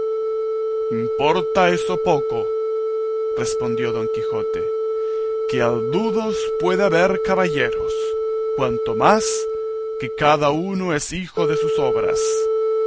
importa eso poco respondió don quijote que haldudos puede haber caballeros cuanto más que cada uno es hijo de sus obras